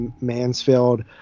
Mansfield